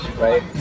right